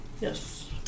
Yes